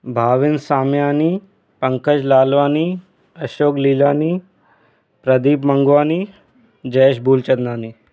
Bhavin Samyani Pankaj Lalwani Ashok Lilani Pradeep Mangwani Jayesh Bhulchandani